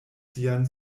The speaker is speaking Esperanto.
sian